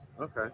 okay